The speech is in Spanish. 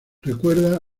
recuerda